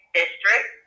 district